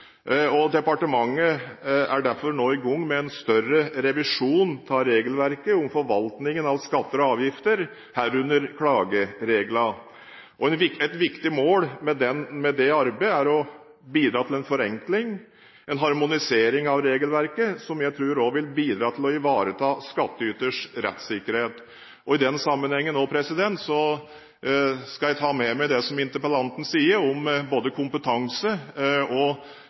Departementet er derfor nå i gang med en større revisjon av regelverket om forvaltningen av skatter og avgifter, herunder klagereglene. Et viktig mål med dette arbeidet er å bidra til en forenkling, en harmonisering av regelverket, som jeg tror også vil bidra til å ivareta skattyters rettssikkerhet. I den sammenheng skal jeg også ta med meg det interpellanten sier både om kompetanse og